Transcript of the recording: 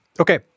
Okay